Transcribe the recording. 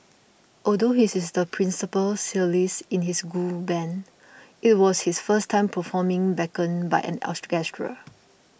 although he is the principal cellist in his school band it was his first time performing backed by an orchestra